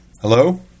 hello